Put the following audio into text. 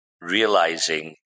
realizing